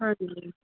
ਹਾਂਜੀ